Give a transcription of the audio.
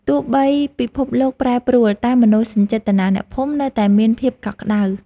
ទោះបីពិភពលោកប្រែប្រួល តែមនោសញ្ចេតនាអ្នកភូមិនៅតែមានភាពកក់ក្តៅ។